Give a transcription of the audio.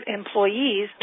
employees